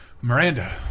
Miranda